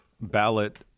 ballot